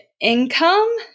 income